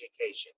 education